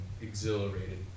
exhilarated